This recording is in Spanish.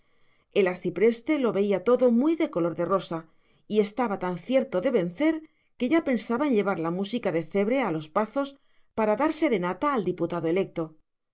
el arcipreste lo veía todo muy de color de rosa y estaba tan cierto de vencer que ya pensaba en llevar la música de cebre a los pazos para dar serenata al diputado electo